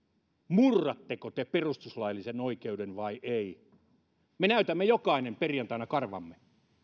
murratteko te perustuslaillisen oikeuden vai ettekö me näytämme jokainen perjantaina karvamme